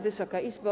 Wysoka Izbo!